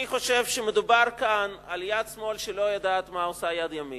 אני חושב שמדובר כאן על יד שמאל שלא יודעת מה עושה יד ימין,